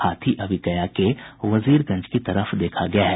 हाथी अभी गया के वजीरगंज की तरफ देखा गया है